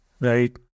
Right